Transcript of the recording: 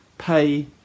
pay